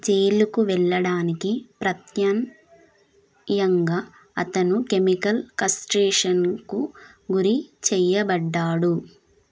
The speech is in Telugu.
జైలుకు వెళ్ళడానికి ప్రత్యమ్నాయంగా అతను కెమికల్ కస్ట్రేషన్కు గురి చేయబడ్డాడు